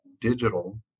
digital